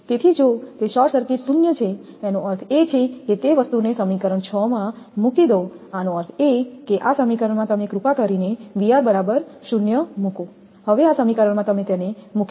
તેથી જો તે શોર્ટ સર્કિટ શૂન્ય છે જેનો અર્થ છે કે તે વસ્તુને સમીકરણ 6 માં મૂકી દો આનો અર્થ એ કે આ સમીકરણમાં તમે કૃપા કરીને બરાબર 0 મૂકો હવે આ સમીકરણમાં તમે તેને મુકી દો